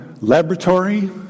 laboratory